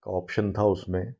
option था उसमें